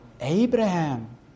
Abraham